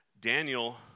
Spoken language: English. Daniel